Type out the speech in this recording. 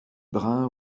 brun